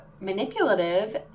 manipulative